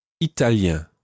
Italien